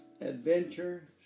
adventure